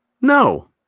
No